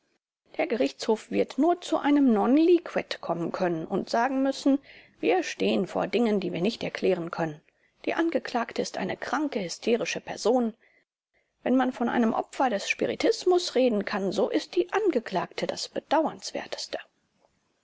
der gerichtshof wird nur zu einem non liquet kommen können und sagen müssen wir stehen vor dingen die wir nicht erklären können die angeklagte ist eine kranke hysterische person wenn man von einem opfer des spiritismus reden kann so ist die angeklagte das bedauernswerteste